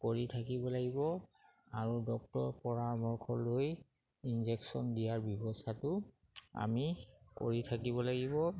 কৰি থাকিব লাগিব আৰু ডক্তৰ পৰামৰ্শ লৈ ইনজেকশ্যন দিয়াৰ ব্যৱস্থাটো আমি কৰি থাকিব লাগিব